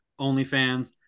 OnlyFans